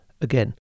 again